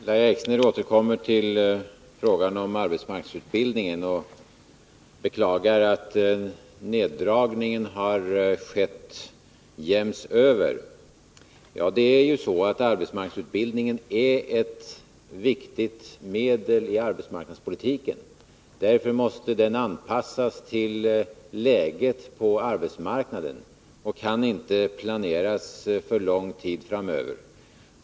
Herr talman! Lahja Exner återkom till arbetsmarknadsutbildningen och beklagade att neddragningen har skett jäms över. Arbetsmarknadsutbildningen är ett viktigt medel i arbetsmarknadspolitiken. Därför måste den anpassas till läget på arbetsmarknaden och kan inte planeras för lång tid framöver.